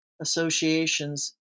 associations